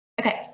okay